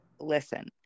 listen